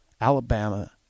Alabama